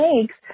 makes